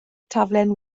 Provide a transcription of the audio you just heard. taflen